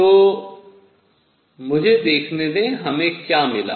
तो मुझे देखने दें हमें क्या मिला